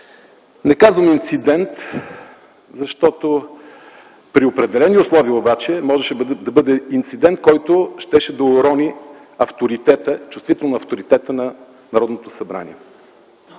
Не казвам „инцидент”, защото при определени условия обаче можеше да бъде инцидент, който щеше да урони чувствително авторитета на Народното събрание.